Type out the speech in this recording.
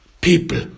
People